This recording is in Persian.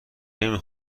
نمی